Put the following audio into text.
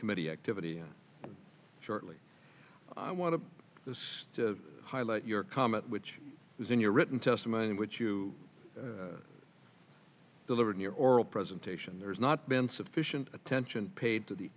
committee activity shortly i want to this to highlight your comment which is in your written testimony which you delivered in your oral presentation there's not been sufficient attention paid to the